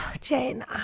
Jane